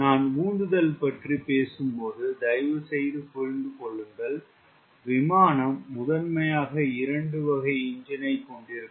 நான் உந்துதல் பற்றி பேசும் பொது தயவுசெய்து புரிந்து கொள்ளுங்கள் விமானம் முதன்மையாக இரண்டு வகை என்ஜின் ஐ கொண்டிருக்கும்